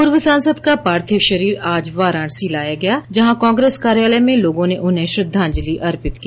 पूर्व सांसद का पार्थिव शरीर आज वाराणसी लाया गया जहां कांग्रेस कार्यालय में लोगों ने उन्हें श्रद्धांजलि अर्पित की